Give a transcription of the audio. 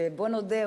שבואו נודה,